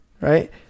right